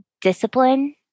discipline